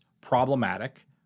problematic